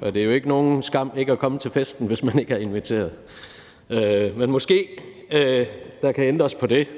og det er jo ikke nogen skam ikke at komme til festen, hvis man ikke er inviteret. Men måske der kan ændres på det.